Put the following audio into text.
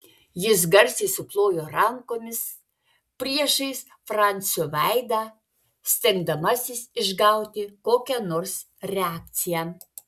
jis garsiai suplojo rankomis priešais francio veidą stengdamasis išgauti kokią nors reakciją